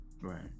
Right